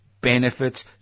Benefits